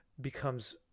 becomes